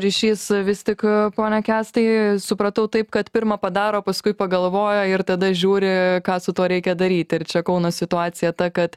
ryšys vis tik pone kęstai supratau taip kad pirma padaro paskui pagalvoja ir tada žiūri ką su tuo reikia daryt ir čia kauno situacija ta kad